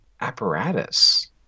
apparatus